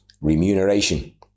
remuneration